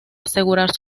asegurar